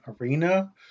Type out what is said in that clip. Arena